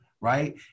right